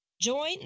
Join